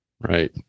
Right